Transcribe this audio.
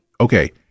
okay